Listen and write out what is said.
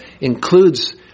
includes